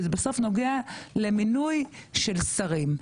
שזה בסוף נוגע למינוי של שרים.